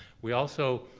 we also,